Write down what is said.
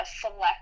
select